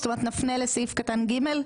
זאת אומרת נפנה לסעיף קטן ג'?